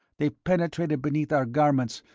they penetrated beneath our garments,